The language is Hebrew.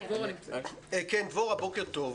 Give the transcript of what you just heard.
דבורה, בוקר טוב.